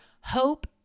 Hope